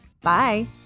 Bye